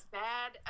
bad